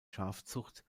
schafzucht